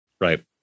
Right